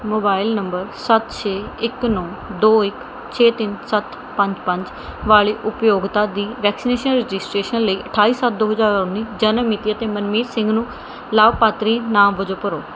mobile number ਸੱਤ ਛੇ ਇੱਕ ਨੌ ਦੋ ਇੱਕ ਛੇ ਤਿੰਨ ਸੱਤ ਪੰਜ ਪੰਜ ਵਾਲੇ ਉਪਯੋਗਤਾ ਦੀ ਵੈਕਸੀਨੇਸ਼ਨ ਰਜਿਸਟ੍ਰੇਸ਼ਨ ਲਈ ਅਠਾਈ ਸੱਤ ਦੋ ਹਜ਼ਾਰ ਉੱਨੀ ਜਨਮ ਮਿਤੀ ਅਤੇ ਮਨਮੀਤ ਸਿੰਘ ਨੂੰ ਲਾਭਪਾਤਰੀ ਨਾਮ ਵਜੋਂ ਭਰੋ